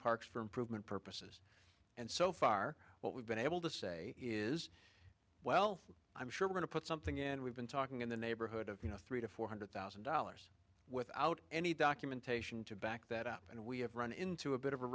parks for improvement purposes and so far what we've been able to say is well i'm sure we're going to put something in and we've been talking in the neighborhood of you know three to four hundred thousand dollars without any documentation to back that up and we have run into a bit of a